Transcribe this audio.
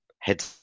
Head